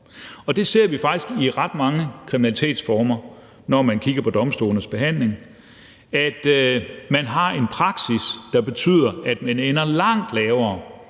i forbindelse med ret mange kriminalitetsformer, når man kigger på domstolenes behandling, at man har en praksis, der betyder, at man ender langt lavere